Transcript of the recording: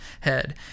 head